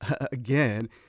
again